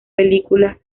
película